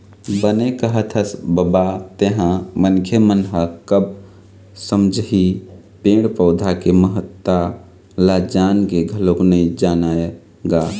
बने कहत हस बबा तेंहा मनखे मन ह कब समझही पेड़ पउधा के महत्ता ल जान के घलोक नइ जानय गा